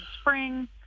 spring